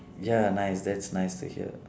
ya nice that's nice to hear